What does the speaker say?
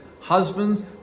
Husbands